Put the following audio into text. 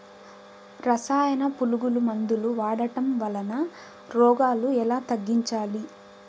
రసాయన పులుగు మందులు వాడడం వలన రోగాలు ఎలా తగ్గించాలి?